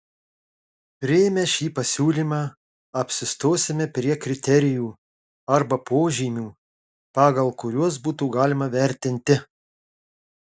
priėmę šį siūlymą apsistosime prie kriterijų arba požymių pagal kuriuos būtų galima vertinti